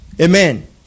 amen